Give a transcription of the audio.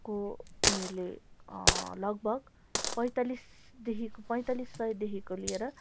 को उनीहरूले लगभग पैँतालिसदेखि पैँतालिस सयदेखिको लिएर